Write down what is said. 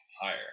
higher